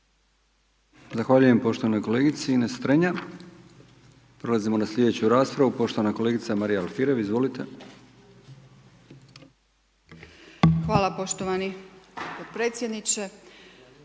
Zahvaljujem poštovanoj kolegici Ines Strenja. Prelazimo na sljedeću raspravu, poštovana kolegica Marija Alfirev, izvolite. **Alfirev, Marija